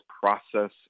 process